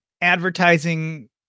Advertising